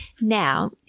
Now